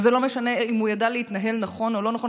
וזה לא משנה אם הוא ידע להתנהל נכון או לא נכון,